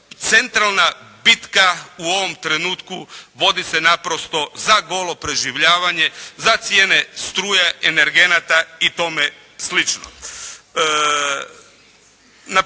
Centralna bitka u ovom trenutku vodi se naprosto za golo preživljavanje, za cijene struje, energenata i tome sl.